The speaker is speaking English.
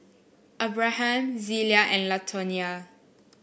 Abraham Zelia and Latonya